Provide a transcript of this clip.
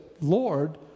Lord